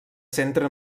centra